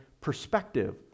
perspective